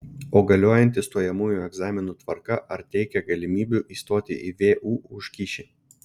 o galiojanti stojamųjų egzaminų tvarka ar teikia galimybių įstoti į vu už kyšį